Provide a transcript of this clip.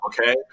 Okay